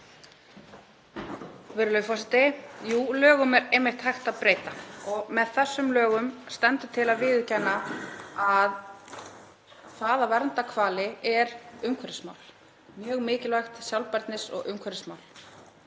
Virðulegur forseti. Jú, lögum er einmitt hægt að breyta. Með þessu frumvarpi stendur til að viðurkenna að það að vernda hvali er umhverfismál, mjög mikilvægt sjálfbærni- og umhverfismál.